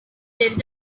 delta